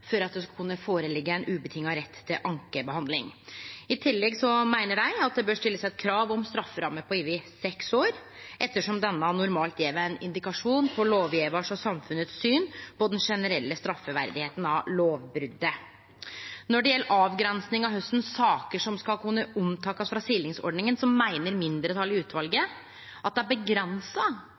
for at det skal kunne liggje føre ein rett til ankebehandling utan vilkår. I tillegg meiner dei at det bør stillast eit krav om strafferamme på over seks år, ettersom den normalt gjev ein indikasjon på lovgjevaren og samfunnet sitt syn på det generelle straffverdet av lovbrotet. Når det gjeld avgrensing av kva saker som ein skal kunne halde utanfor silingsordninga, meiner mindretalet i utvalet at det